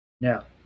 now